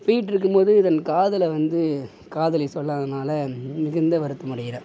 போயிட்டுருக்கும் போது இவன் காதலை வந்து காதலி சொல்லாததுனால மிகுந்த வருத்தம் அடைகிறார்